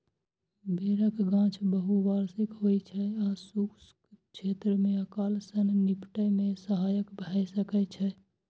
बेरक गाछ बहुवार्षिक होइ छै आ शुष्क क्षेत्र मे अकाल सं निपटै मे सहायक भए सकै छै